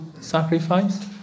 sacrifice